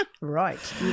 Right